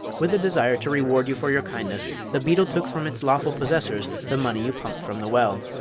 with a desire to reward you for your kindness the beetle took from its lawful possessors the money you pumped from the well.